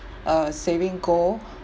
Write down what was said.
a saving goal